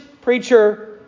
preacher